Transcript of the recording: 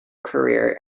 career